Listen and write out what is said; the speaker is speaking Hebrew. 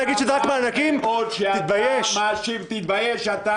חבל מאוד שאתה מאשים אותי.